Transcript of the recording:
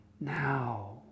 now